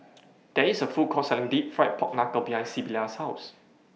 There IS A Food Court Selling Deep Fried Pork Knuckle behind Sybilla's House